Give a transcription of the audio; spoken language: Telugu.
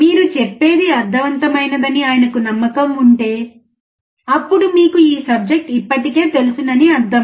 మీరు చెప్పేది అర్ధవంతమైనది అని ఆయనకు నమ్మకం ఉంటే అప్పుడు మీకు ఈ సబ్జెక్ట్ ఇప్పటికే తెలుసునని అర్థం